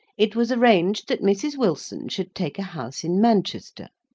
it was arranged that mrs. wilson should take a house in manchester,